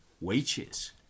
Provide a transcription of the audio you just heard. wages